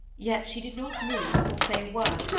yet she did not move, or say a word,